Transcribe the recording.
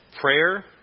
prayer